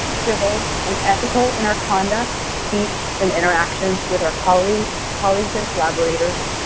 civil, and ethical in our conduct, speech, and interactions with our colleagues colleagues and collaborators.